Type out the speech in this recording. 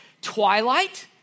Twilight